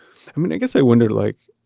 i and guess i wonder, like,